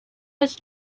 was